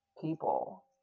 people